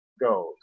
goes